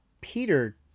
peter